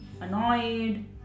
annoyed